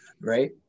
right